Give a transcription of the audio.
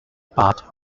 part